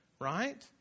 right